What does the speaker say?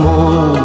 More